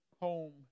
home